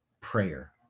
prayer